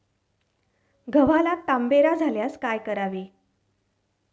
गव्हाला तांबेरा झाल्यास काय करावे?